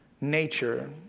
nature